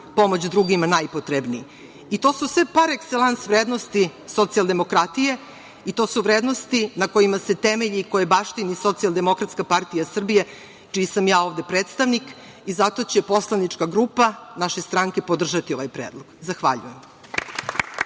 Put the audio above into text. pomoć drugima najpotrebniji. To su sve par ekselans vrednosti socijaldemokratije i to su vrednosti na kojima se temelji, koje baštini Socijaldemokratska partija Srbije, čiji sam ja ovde predstavnik, i zato će poslanička grupa naše stranke podržati ovaj predlog. Zahvaljujem.